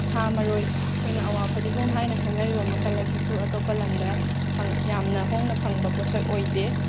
ꯁꯥ ꯃꯔꯣꯏ ꯑꯈꯣꯏꯅ ꯑꯋꯥ ꯐꯗꯤꯒꯣꯝ ꯍꯥꯏꯅ ꯈꯪꯅꯔꯤꯕ ꯃꯈꯜ ꯑꯁꯤꯁꯨ ꯑꯇꯣꯞꯄ ꯂꯝꯗ ꯐꯪ ꯌꯥꯝꯅ ꯍꯣꯡꯅ ꯐꯪꯕ ꯄꯣꯠꯁꯛ ꯑꯣꯏꯗꯦ